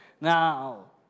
Now